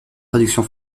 traduction